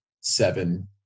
seven